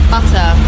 Butter